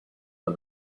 but